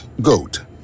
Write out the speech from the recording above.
GOAT